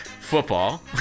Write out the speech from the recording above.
Football